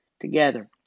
together